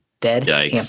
Dead